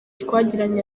twagiranye